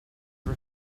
for